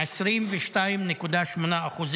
22.8%,